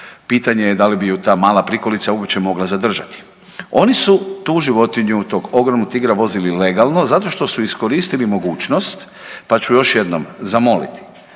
pitanje je da li bi ju ta mala prikolica uopće mogla zadržati. Oni su tu životinju, tog ogromnog tigra vozili legalno zato što su iskoristili mogućnost, pa ću još jednom zamoliti